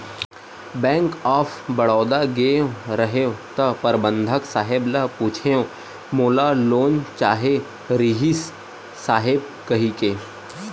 bank of Baroda गेंव रहेव त परबंधक साहेब ल पूछेंव मोला लोन चाहे रिहिस साहेब कहिके